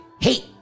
hate